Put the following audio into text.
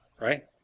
right